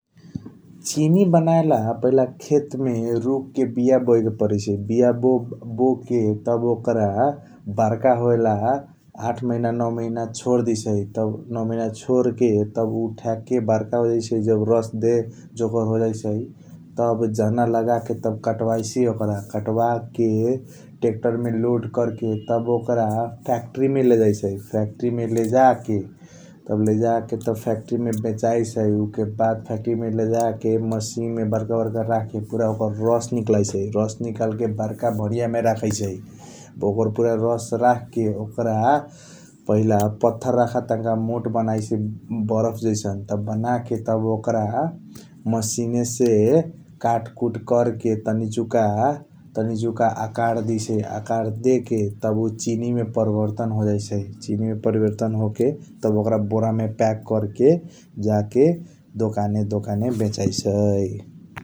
चीनी बनाउला पहिला खेतमे रुखके बिया बाेयके परैसई बीया बाे बोके तब ओकरा बरका होयला आठ महीना नव महीना छोरदैसै। तह नव महीना छोरके तब उ ठेयाके बरका होजैसै जब रस देय जोकर होजाइसै तब जना लगाकें तब कटबाईसइ ओकरा कटबाके टेकटरमे लोड करके तब ओकरा फ्याकट्रीमें लेजाइसै फ्याकट्री मे लेजाके तब लेजाके बेचाइसै। ऊके बाद फ्याकट्रीमें लेजाके मसिनमे बरका बरका रखके पूरा ओकर रस निकालाइसै। रस निकालके बरका भरीयामे राखइसै ओकर पूरा रस राखके ओकरा पहिला पथर रखा तनका मोट बनाइसइ बरफ जैसन त बनाके। तब ओकरा मसिनेसे काटकुट करके तनीचुका आकार देके तह ऊ चिनीमें परिबर्तन होजाइसई चिनीमे परिबर्तन होकें तह ओकरा बोरामे प्याक करके जाके दोकाने दोकाने बेचैसई।